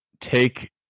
take